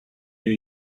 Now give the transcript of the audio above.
new